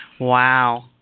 Wow